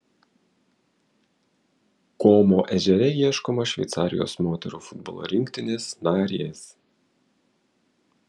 komo ežere ieškoma šveicarijos moterų futbolo rinktinės narės